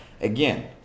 again